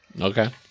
Okay